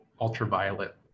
ultraviolet